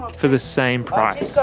for the same price.